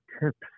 tips